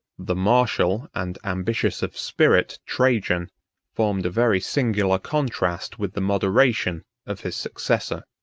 the martial and ambitious of spirit trajan formed a very singular contrast with the moderation of his successor.